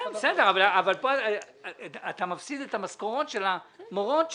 כאן אתה מפסיד את המשכורות של המורות שם.